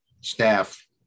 staff